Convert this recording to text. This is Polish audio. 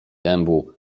dębu